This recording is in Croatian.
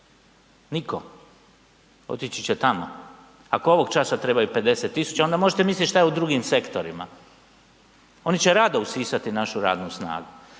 Niko, otići će tamo. Ako ovog časa trebaju 50.000 onda možete misliti šta je u drugim sektorima. Oni će rado usisati našu radnu snagu.